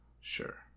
Sure